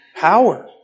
power